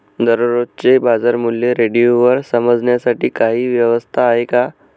दररोजचे बाजारमूल्य रेडिओवर समजण्यासाठी काही व्यवस्था आहे का?